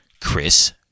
chris